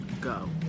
go